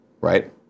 right